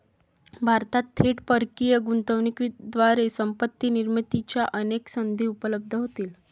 भारतात थेट परकीय गुंतवणुकीद्वारे संपत्ती निर्मितीच्या अनेक संधी उपलब्ध होतील